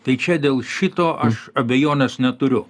tai čia dėl šito aš abejonės neturiu